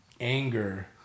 anger